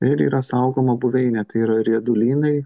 ir yra saugoma buveinė tai yra riedulynai